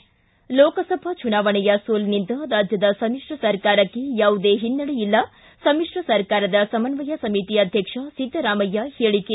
ಿ ಲೋಕಸಭಾ ಚುನಾವಣೆಯ ಸೋಲಿನಿಂದ ರಾಜ್ಯದ ಸಮ್ಮಿತ್ರ ಸರ್ಕಾರಕ್ಷೆ ಯಾವುದೇ ಹಿನ್ನಡೆ ಇಲ್ಲ ಸಮಿತ್ರ ಸರ್ಕಾರದ ಸಮನ್ನಯ ಸಮಿತಿ ಅಧ್ಯಕ್ಷ ಸಿದ್ದರಾಮಯ್ಯ ಪೇಳಿಕೆ